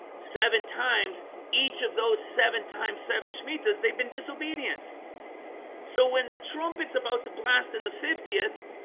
seven times each of those seven times seven shmitas. they've been disobedient so when the trumpets about to blast in the fiftieth?